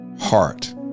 heart